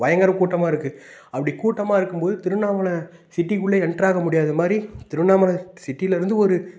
பயங்கர கூட்டமாக இருக்குது அப்படி கூட்டமாக இருக்கும்போது திருவண்ணாமலை சிட்டிக்குள்ளே எண்டர் ஆக முடியாதமாதிரி திருவண்ணாமல சிட்டிலேருந்து ஒரு